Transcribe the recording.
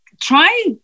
try